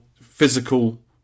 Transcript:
physical